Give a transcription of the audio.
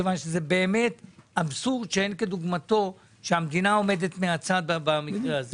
כיוון שאבסורד שאין כדוגמתו הוא שהמדינה עומדת מהצד במקרה הזה.